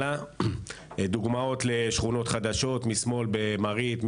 דוגמאות לשכונות חדשות: משמאל במרית,